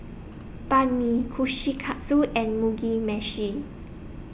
Banh MI Kushikatsu and Mugi Meshi